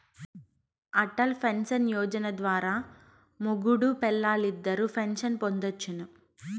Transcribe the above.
Atal pension Yojana ద్వారా మొగుడూ పెల్లాలిద్దరూ పెన్సన్ పొందొచ్చును